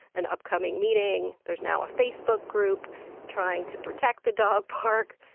an upcoming meeting. there's now a facebook group trying to protect the dog park,